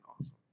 awesome